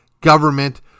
government